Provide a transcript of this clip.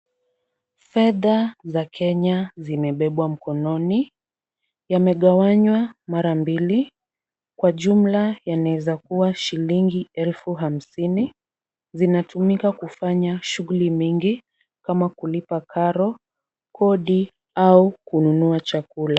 Fedha za Kenya zimebebwa mkononi. Yamegawanywa mara mbili. Kwa jumla yanaweza kuwa shilingi elfu hamsini. Zinatumika kufanya shughuli mingi kama kulipa karo, kodi au kununua chakula.